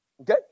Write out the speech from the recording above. Okay